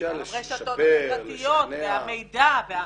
גם הרשתות החברתיות והמידע.